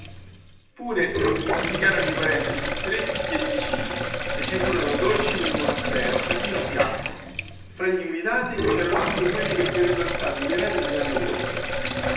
pure non si dimenticarono i parenti più stretti ed i vicini ci furono dolci del monastero e vino bianco fra gli invitati cerano anche quelli che sarebbero stati gli eredi di nanni volpe